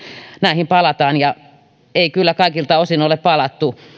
näihin palataan ei kyllä kaikilta osin ole palattu